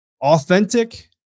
Authentic